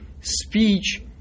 speech